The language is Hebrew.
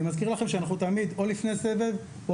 אני מזכיר לכם שאנחנו תמיד לפני סבב או